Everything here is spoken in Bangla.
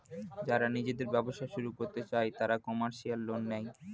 যারা নিজেদের ব্যবসা শুরু করতে চায় তারা কমার্শিয়াল লোন নেয়